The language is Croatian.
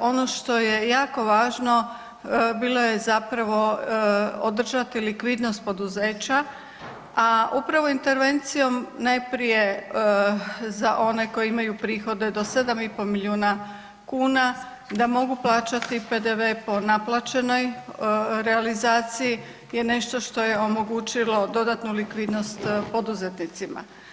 ono što je jako važno bilo je zapravo održati likvidnost poduzeća, a upravo intervencijom najprije za one koji imaju prihode do 7,5 milijuna kuna da mogu plaćati PDV po naplaćenoj realizaciji je nešto što je omogućilo dodatnu likvidnost poduzetnicima.